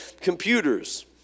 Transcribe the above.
computers